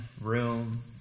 room